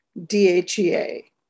DHEA